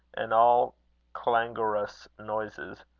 and all clangorous noises.